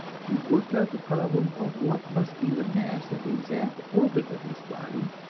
he worked out the problem of what must be the mass and the exact orbit of this body,